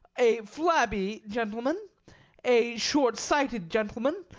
a flabby gentleman a short sighted gentleman,